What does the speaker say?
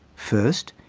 first,